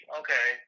okay